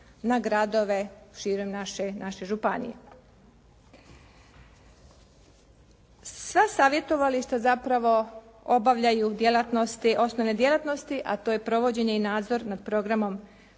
na gradove širom naše županije. Sva savjetovališta zapravo obavljaju djelatnosti, osnovne djelatnosti a to je provođenje i nadzor nad programom